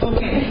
Okay